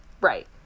Right